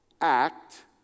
act